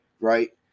right